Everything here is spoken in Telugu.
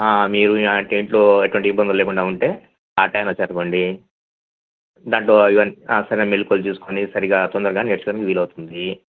మీరు అంటే ఇంట్లో ఎటువంటి ఇబ్బందులు లేకుండా ఉంటే ఆ టైములో వచ్చారు అనుకోండి దాంట్లో ఇదిగోండి సరైన మెళుకువలు చూసుకుని సరిగా తొందరగా నేర్చుకోవడానికి వీలు అవుతుంది